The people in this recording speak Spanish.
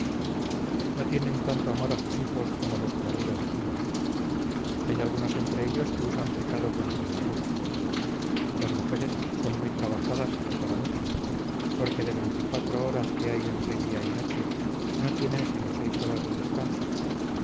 no tienen tanto amor a sus hijos como los que arriba dijimos hay algunos entre ellos que usan pecado contra natura las mujeres son muy trabajadas y para mucho porque de veinticuatro horas que hay entre día y noche no tienen sino seis horas de descanso